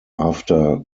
after